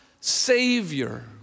Savior